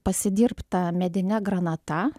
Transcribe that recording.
pasidirbta medine granata